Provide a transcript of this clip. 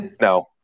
no